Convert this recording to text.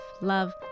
love